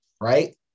right